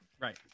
right